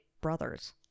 brothers